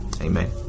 Amen